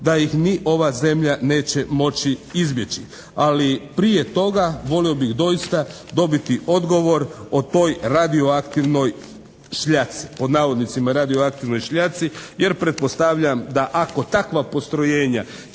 da ih ni ova zemlja neće moći izbjeći, ali prije toga volio bih doista dobiti odgovor o toj radioaktivnoj šljaci, pod navodnicima "radioaktivnoj šljaci" jer pretpostavljam da ako taka postrojenja